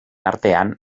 artean